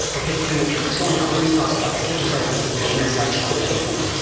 okay. so, at this point i've already talked about six fragrances and many of you guys are thinking, antonio,